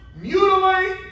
mutilate